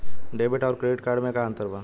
Debit आउर credit card मे का अंतर बा?